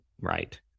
right